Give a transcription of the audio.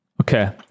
Okay